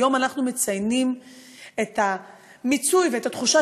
היום אנחנו מציינים את המיצוי ואת התחושה